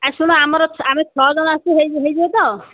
ଏ ଶୁଣ ଆମର ଆମେ ଛଅ ଜଣ ଆସିଛୁ ହୋଇ ହୋଇଯିବ ତ